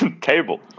Table